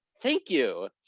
thank you!